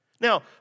Now